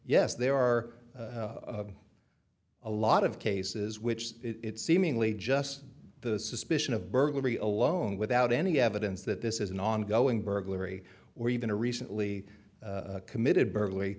yes there are a lot of cases which it seemingly just the suspicion of burglary alone without any evidence that this is an ongoing burglary or even a recently committed b